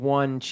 one